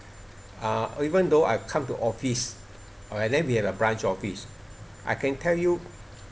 uh even though I come to office and then we have a branch office I can tell you